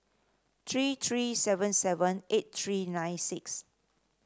three three seven seven eight three nine six